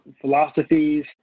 philosophies